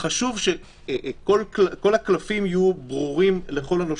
חשוב שכל הקלפים יהיו ברורים לכל הנושים,